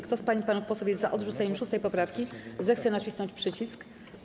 Kto z pań i panów posłów jest za odrzuceniem 6. poprawki, zechce nacisnąć przycisk.